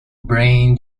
brain